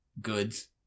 goods